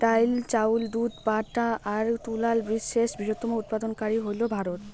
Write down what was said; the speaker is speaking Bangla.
ডাইল, চাউল, দুধ, পাটা আর তুলাত বিশ্বের বৃহত্তম উৎপাদনকারী হইল ভারত